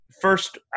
first